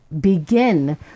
begin